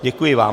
Děkuji vám.